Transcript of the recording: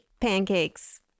pancakes